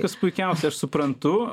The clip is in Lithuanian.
kas puikiausia aš suprantu